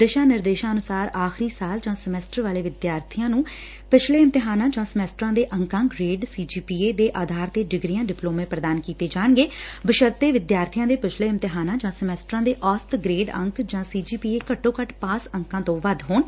ਦਿਸ਼ਾ ਨਿਰਦੇਸ਼ਾਂ ਅਨੁਸਾਰ ਆਖਰੀ ਸਾਲ ਜਾਂ ਸਮੈਸਟਰ ਵਾਲੇ ਵਿਦਿਆਰਥੀਆਂ ਨੂੰ ਪਿਛਲੇ ਇਮਤਿਹਾਨਾਂ ਜਾਂ ਸਮੈਸਟਰਾਂ ਦੇ ਅੰਕਾਂ grade C G P A ਦੇ ਆਧਾਰ ਤੇ ਡਿਗਰੀਆਂ ਡਿਪਲੋਮੇ ਪ੍ਰਦਾਨ ਕੀਤੇ ਜਾਣਗੇ ਬਸ਼ਰਤੇ ਵਿਦਿਆਰਬੀਆਂ ਦੇ ਪਿਛਲੇ ਇਮਤਿਹਾਨਾਂ ਜਾਂ ਸਮੈਸਟਰਾਂ ਦੇ ਔਸਤ ਗਰੇਡ ਅੰਕ ਜਾਂ ਸੀ ਜੀ ਪੀ ਏ ਘੱਟੋ ਘੱਟ ਪਾਸ ਅੰਕਾਂ ਤੋਂ ਵੱਧ ਹੋਣ